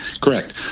Correct